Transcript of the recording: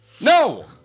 No